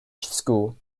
school